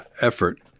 effort